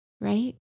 right